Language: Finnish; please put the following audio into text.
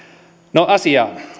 no asiaan